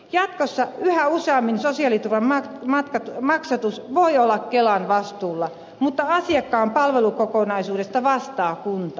jatkossa yhä useammin sosiaaliturvan maksatus voi olla kelan vastuulla mutta asiakkaan palvelukokonaisuudesta vastaa kunta